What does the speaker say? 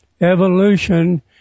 Evolution